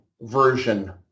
version